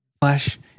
Flash